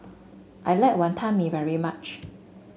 I like Wantan Mee very much